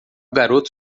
garoto